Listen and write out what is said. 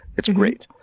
it's great.